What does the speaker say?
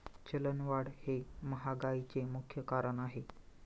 चलनवाढ हे महागाईचे मुख्य कारण आहे